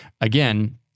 again